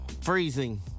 Freezing